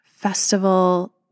festival